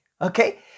okay